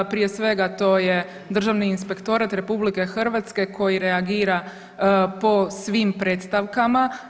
Prije svega to je Državni inspektorat RH koji reagira po svim predstavkama.